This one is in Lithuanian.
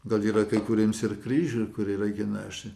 gal yra kai kuriems ir kryžių kurį reikia nešti